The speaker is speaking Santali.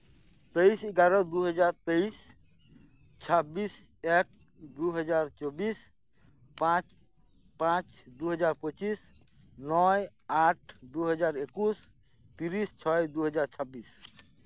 ᱛᱮᱭᱤᱥ ᱮᱜᱟᱨᱚ ᱫᱩᱦᱟᱡᱟᱨ ᱛᱮᱭᱤᱥ ᱪᱷᱟᱵᱵᱤᱥ ᱮᱠ ᱫᱩᱦᱟᱡᱟᱨ ᱪᱚᱵᱵᱤᱥ ᱯᱟᱸᱪ ᱯᱟᱸᱪ ᱫᱩᱦᱟᱡᱟᱨ ᱯᱩᱪᱤᱥ ᱱᱚᱭ ᱟᱴ ᱫᱩᱦᱟᱡᱟᱨ ᱮᱠᱩᱥ ᱛᱤᱨᱤᱥ ᱪᱷᱚᱭ ᱫᱩᱦᱟᱡᱟᱨ ᱪᱷᱟᱵᱤᱥ